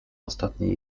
ostatniej